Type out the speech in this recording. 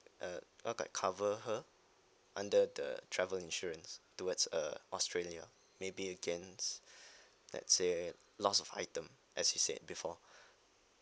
uh what by cover her under the travel insurance towards uh australia maybe we can let's say lost of item as you said before